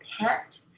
pet